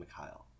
McHale